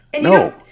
No